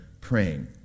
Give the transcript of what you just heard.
praying